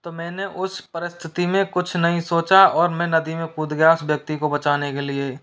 तो मैंने उस परस्थिति में कुछ नहीं सोचा और मैं नदी में कूद गया उस व्यक्ति को बचाने के लिए